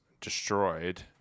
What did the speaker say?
destroyed